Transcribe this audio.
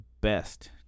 best